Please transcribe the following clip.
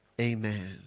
Amen